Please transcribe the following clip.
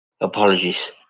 Apologies